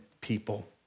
people